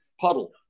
puddle